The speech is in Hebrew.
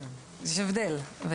יש הבדל.